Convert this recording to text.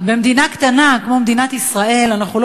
במדינה קטנה כמו מדינת ישראל אנחנו לא